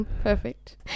Perfect